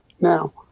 Now